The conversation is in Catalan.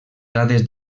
dades